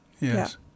yes